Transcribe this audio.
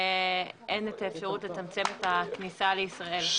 אין את האפשרות לצמצם את הכניסה לישראל.